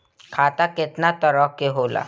खाता केतना तरह के होला?